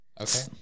Okay